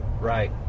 Right